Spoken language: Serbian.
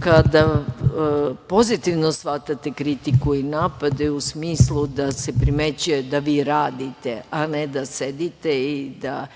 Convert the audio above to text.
kada pozitivno shvatate kritiku i napade u smislu da se primećuje da vi radite, a ne da sedite i da